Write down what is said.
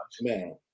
Man